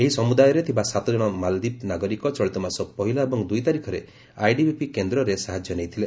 ଏହି ସମୁଦାୟରେ ଥିବା ସାତକଣ ମାଲଦ୍ୱୀପ ନାଗରିକ ଚଳିତମାସ ପହିଲା ଏବଂ ଦୁଇ ତାରିଖରେ ଆଇଟିବିପି କେନ୍ଦ୍ରରେ ସାହାଯ୍ୟ ନେଇଥିଲେ